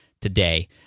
today